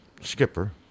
Skipper